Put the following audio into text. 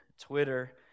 Twitter